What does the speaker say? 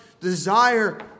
desire